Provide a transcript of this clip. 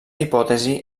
hipòtesi